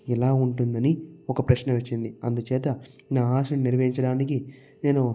ఎలా ఉంటుందని ఒక ప్రశ్న వచ్చింది అందుచేత నా ఆశ నెరవేర్చడానికి నేను